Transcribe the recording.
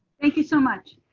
thank you so much.